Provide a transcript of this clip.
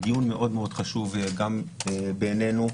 הוא מאוד חשוב גם בעינינו.